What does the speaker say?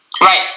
Right